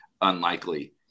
unlikely